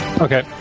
Okay